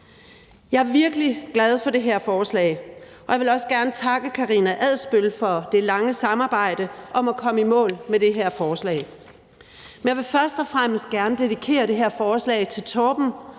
Jeg er virkelig glad for det her forslag, og jeg vil også gerne takke Karina Adsbøl for det lange samarbejde om at komme i mål med det her forslag. Men jeg vil først og fremmest gerne dedikere det her forslag til Torben